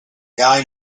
guy